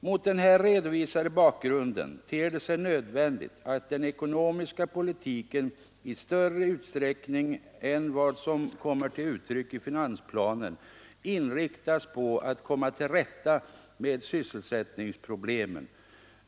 Mot den här redovisade bakgrunden ter det sig nödvändigt att den ekonomiska politiken i större utsträckning än vad som kommer till uttryck i finansplanen inriktas på att komma till rätta med sysselsättningsproblemen.